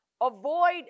avoid